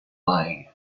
lying